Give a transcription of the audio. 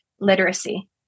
literacy